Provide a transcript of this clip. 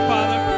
Father